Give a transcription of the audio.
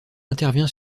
intervient